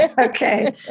Okay